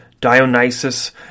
Dionysus